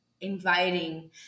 inviting